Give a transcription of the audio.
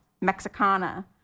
Mexicana